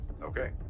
Okay